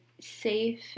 safe